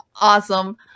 Awesome